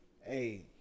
hey